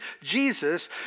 Jesus